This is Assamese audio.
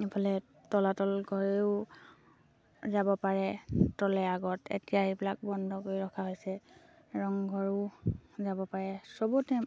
ইফালে তলাতল ঘৰেও যাব পাৰে তলে আগত এতিয়া এইবিলাক বন্ধ কৰি ৰখা হৈছে ৰংঘৰো যাব পাৰে চবতে